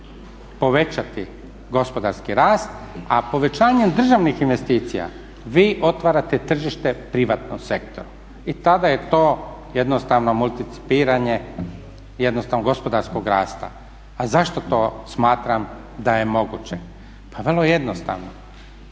povećati gospodarski rast, a povećanjem državnih investicija vi otvarate tržište privatnom sektoru i tada je to jednostavno multicipliranje gospodarskog rasta. A zašto to smatram da je moguće? Pa vrlo jednostavno,